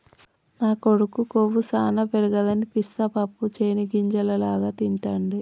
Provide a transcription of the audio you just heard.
మా కొడుకు కొవ్వు సానా పెరగదని పిస్తా పప్పు చేనిగ్గింజల లాగా తింటిడు